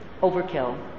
overkill